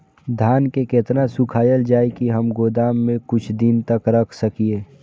धान के केतना सुखायल जाय की हम गोदाम में कुछ दिन तक रख सकिए?